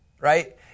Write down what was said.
right